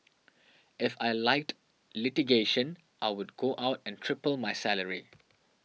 if I liked litigation I would go out and triple my salary